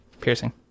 Piercing